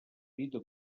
vida